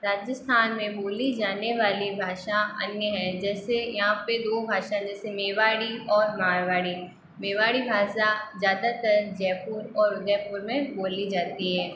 राजस्थान में बोली जाने वाली भाषा अन्य हैं जैसे यहाँ पर दो भाषा जैसे मेवाड़ी और मारवाड़ी मेवाड़ी भाषा ज़्यादातर जयपुर और उदयपुर में बोली जाती है